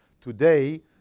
Today